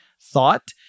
thought